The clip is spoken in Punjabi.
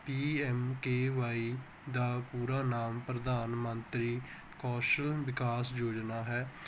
ਪੀਐਮਕੇਵਾਈ ਦਾ ਪੂਰਾ ਨਾਮ ਪ੍ਰਧਾਨ ਮੰਤਰੀ ਕੌਸ਼ਲ ਵਿਕਾਸ ਯੋਜਨਾ ਹੈ